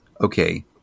okay